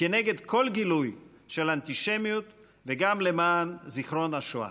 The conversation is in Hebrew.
כנגד כל גילוי של אנטישמיות וגם למען זיכרון השואה.